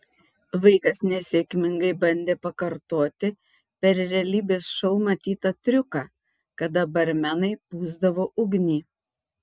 vaikas nesėkmingai bandė pakartoti per realybės šou matytą triuką kada barmenai pūsdavo ugnį